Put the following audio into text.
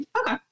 Okay